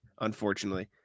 unfortunately